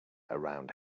around